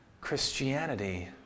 Christianity